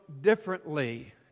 differently